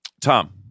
Tom